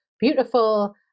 beautiful